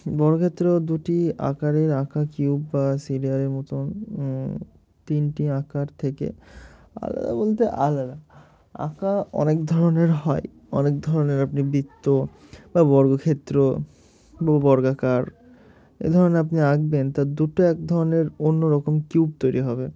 বর্গক্ষেত্র দুটি আকারের আঁকা কিউব বা সিরিয়ালের মতন তিনটি আঁকার থেকে আলাদা বলতে আলাদা আঁকা অনেক ধরনের হয় অনেক ধরনের আপনি বৃত্ত বা বর্গক্ষেত্র বা বর্গাকার এ ধরনের আপনি আঁকবেন তার দুটো এক ধরনের অন্য রকম কিউব তৈরি হবে